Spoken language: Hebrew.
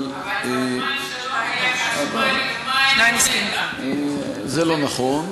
אבל יומיים לא היה חשמל, זה לא נכון.